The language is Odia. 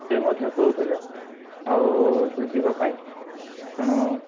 ସେ ମଧ୍ୟ କହୁଥିଲେ ଆଉ ସେ ଯିବାପାଇଁ ତେଣୁ